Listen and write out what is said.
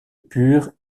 pur